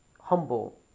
humble